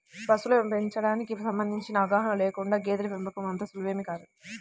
పశువుల పెంపకానికి సంబంధించిన అవగాహన లేకుండా గేదెల పెంపకం అంత సులువేమీ కాదు